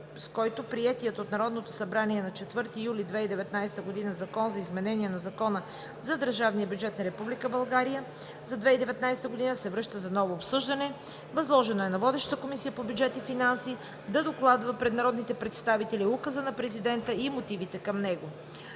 с който приетият от Народното събрание на 4 юли 2019 г. Закон за изменение на Закона за държавния бюджет на Република България за 2019 г. се връща за ново обсъждане. Възложено е на водещата Комисия по бюджет и финанси да докладва пред народните представители указа на президента и мотивите към него.